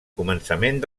començament